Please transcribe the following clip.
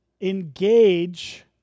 engage